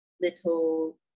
little